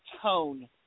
tone